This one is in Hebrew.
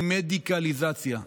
היא מדיקליזציה.